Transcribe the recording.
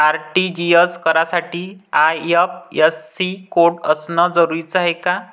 RTGS करासाठी IFSC code असनं जरुरीच हाय का?